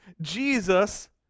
Jesus